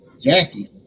Jackie